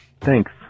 thanks